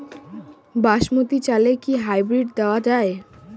বাসমতী চালে কি হাইব্রিড দেওয়া য়ায়?